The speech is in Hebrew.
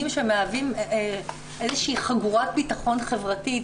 שמהווים איזו שהיא חגורת בטחון חברתית,